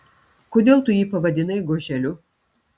kodėl tu jį pavadinai goželiu